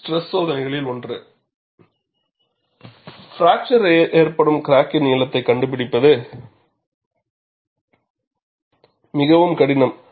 stress சோதனைகளில் ஒன்று fracture ஏற்படும் கிராக்கின் நீளத்தைக் கண்டுபிடிப்பது மிகவும் கடினம்